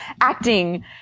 acting